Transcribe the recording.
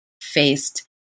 faced